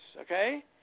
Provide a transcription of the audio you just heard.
okay